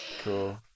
Cool